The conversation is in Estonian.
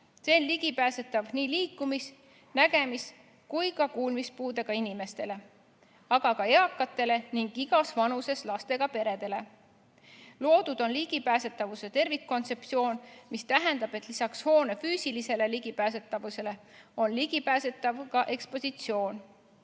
See on ligipääsetav nii liikumis-, nägemis- kui ka kuulmispuudega inimestele, samuti eakatele ning igas vanuses lastega peredele. Loodud on ligipääsetavuse tervikkontseptsioon, mis tähendab, et lisaks hoone füüsilisele ligipääsetavusele on ligipääsetav ka ekspositsioon.